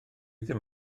ddim